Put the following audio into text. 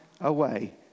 away